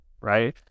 right